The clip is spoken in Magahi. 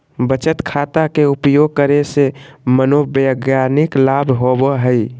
बचत खाता के उपयोग करे से मनोवैज्ञानिक लाभ होबो हइ